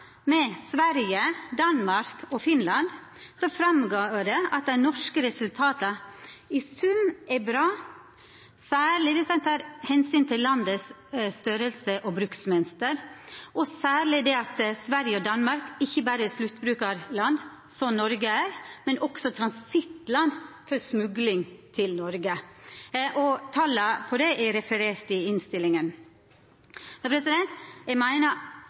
med Sverige, Danmark og Finland er dei norske resultata i sum bra, særleg viss ein tek omsyn til storleiken til landet og til bruksmønsteret, og særleg det at Sverige og Danmark ikkje berre er sluttbrukarland, som Noreg er, men òg er transittland for smugling til Noreg. Tala for dette er refererte i innstillinga. Eg